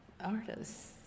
artists